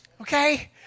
Okay